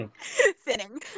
Thinning